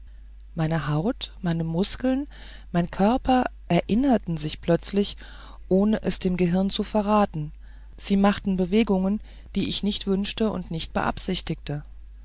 meine haut meine muskeln mein körper erinnerten sich plötzlich ohne es dem gehirn zu verraten sie machten bewegungen die ich nicht wünschte und nicht beabsichtigte